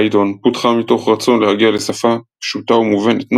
פייתון פותחה מתוך רצון להגיע לשפה פשוטה ומובנת,